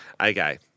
Okay